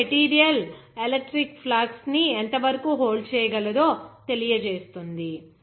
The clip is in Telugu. ఇది మెటీరియల్ ఎలక్ట్రిక్ ఫ్లక్స్ ని ఎంతవరకు హోల్డ్ చేయగలదో తెలియజేస్తుంది